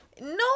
No